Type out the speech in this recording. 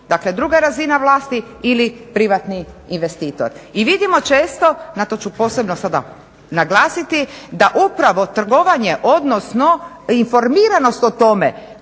dakle druga razina vlasti ili privatni investitor. I vidimo često, to ću posebno sada naglasiti, da upravo trgovanje, odnosno informiranost o tome